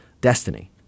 destiny